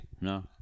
No